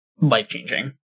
life-changing